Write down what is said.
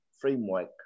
framework